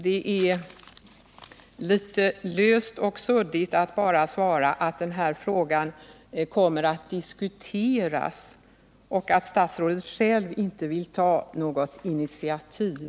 Det är litet löst och suddigt att bara svara att den här frågan kommer att diskuteras och att statsrådet själv inte vill ta något initiativ.